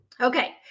Okay